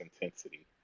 intensity